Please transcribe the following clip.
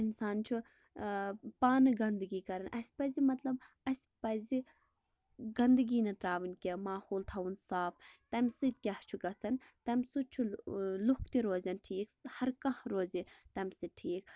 اِنسان چھُ پانہٕ گنٛدٕگی کَران اَسہِ پَزِ مَطلَب اَسہِ پَزِ گنٛدٕگی نہَ ترٛاوٕنۍ کیٚنٛہہ ماحول تھاوُن صاف تَمہِ سۭتۍ کیٛاہ چھُ گَژھان تَمہِ سۭتۍ چھُ لُکھ تہِ روزان ٹھیٖک ہر کانٛہہ روزِ تَمہِ سۭتۍ ٹھیٖک